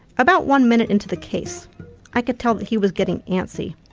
about one minute into the case i could tell that he was getting antsy,